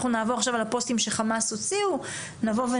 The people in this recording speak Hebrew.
אנחנו נעבור עכשיו על הפוסטים שחמאס הוציאו,